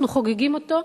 אנחנו חוגגים אותו,